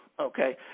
okay